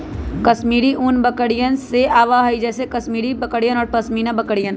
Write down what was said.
कश्मीरी ऊन बकरियन से आवा हई जैसे कश्मीरी बकरियन और पश्मीना बकरियन